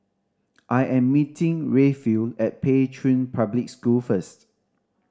I am meeting Rayfield at Pei Chun Public School first